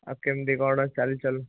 ଆଉ କେମିତି କ'ଣ ଚାଲିଚଲ୍